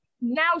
Now